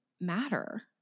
matter